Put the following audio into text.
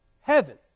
heaven